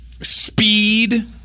Speed